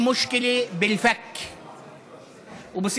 יש בעיה בלסת שמתבטאת בעווית